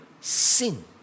sin